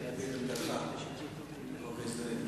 12 דקות